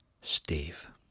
Steve